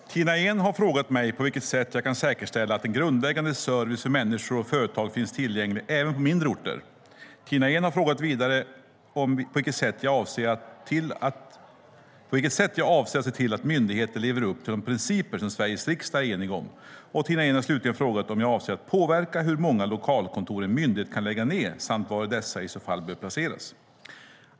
Herr talman! Tina Ehn har frågat mig på vilket sätt jag kan säkerställa att en grundläggande service för människor och företag finns tillgänglig även på mindre orter. Tina Ehn har vidare frågat mig på vilket sätt jag avser att se till att myndigheterna lever upp till de principer som Sveriges riksdag är enig om. Tina Ehn har slutligen frågat om jag avser att påverka hur många lokalkontor en myndighet kan lägga ned samt var dessa i så fall bör placeras.